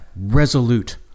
resolute